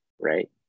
right